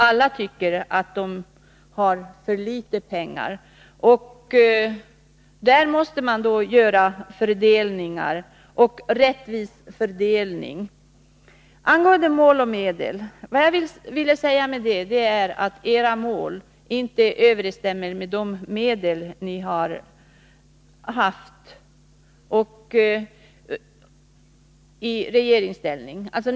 Alla tycker att de har för litet pengar. Där måste man göra en fördelning, och en rättvis fördelning. Vad jag ville säga när jag talade om mål och medel var att era mål inte överensstämmer med de medel ni i regeringsställning anvisade.